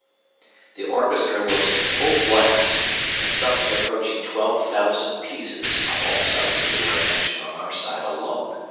the orchestra was in full blast and something approaching twelve thousand pieces of all sizes were in action on our side alone,